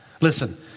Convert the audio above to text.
Listen